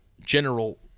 general